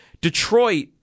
Detroit